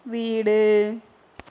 வீடு